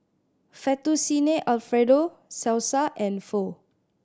Fettuccine Alfredo Salsa and Pho